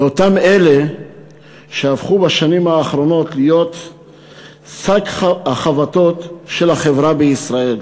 לאותם אלה שהפכו בשנים האחרונות להיות שק החבטות של החברה בישראל.